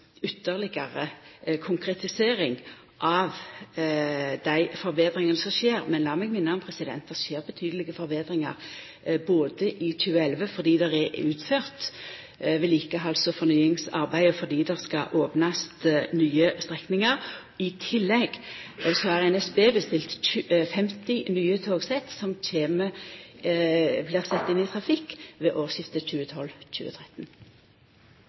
ytterlegare konkretisering av dei forbetringane som skjer, men lat meg minna om at det skjer betydelege forbetringar òg i 2011. Det er utført vedlikehalds- og fornyingsarbeid fordi det skal opnast nye strekningar. I tillegg har NSB bestilt 50 nye togsett som blir sette inn i trafikk ved